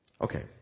Okay